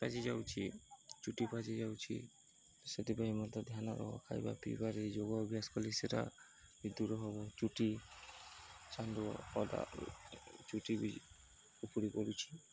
କଜି ଯାଉଛି ଚୁଟି ବାଜି ଯାଉଛି ସେଥିପାଇଁ ମଧ୍ୟ ତା' ଧ୍ୟାନ ରହ ଖାଇବା ପିଇବାରେ ଯୋଗ ଅଭ୍ୟାସ କଲେ ସେଟା ବି ଦୂର ହବ ଚୁଟି ଚାନ୍ଦୁ ଅଦା ଚୁଟି ବି ପୁରି କରୁଛି